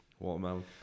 watermelon